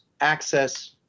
access